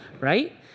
Right